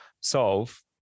solve